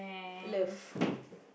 love